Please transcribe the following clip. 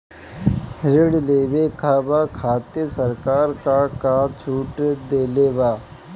ऋण लेवे कहवा खातिर सरकार का का छूट देले बा?